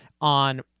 on